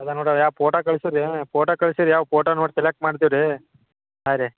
ಅದ ನೋಡಿ ಆ ಫೋಟೋ ಕಳ್ಸಿರಿ ರೀ ಫೋಟೋ ಕಳ್ಸಿರಿ ರೀ ಆ ಫೋಟೋ ನೋಡಿ ಸೆಲೆಕ್ಟ್ ಮಾಡ್ತೀವಿ ರೀ ಹಾಂ ರೀ